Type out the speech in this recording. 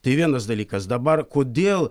tai vienas dalykas dabar kodėl